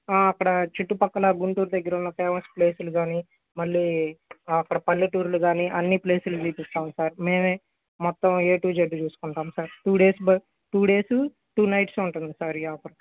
అక్కడ చుట్టుపక్కల గుంటూరు దగ్గర ఉన్నఫేమస్ ప్లేసులు కానీ మళ్ళీ అక్కడ పల్లెటూర్లు కానీ అన్నీప్లేసులు చూపిస్తాం సార్ మేమే మొత్తం ఏ టూ జెడ్ చూసుకుంటాం sir two days two days two nights ఉంటుంది సార్ ఈ ఆఫర్